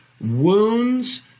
wounds